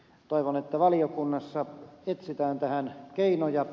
toivon että valiokunnassa etsitään tähän keinoja